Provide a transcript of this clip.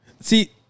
See